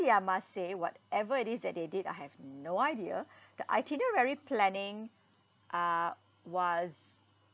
I must say whatever it is that they did I have no idea the itinerary planning uh was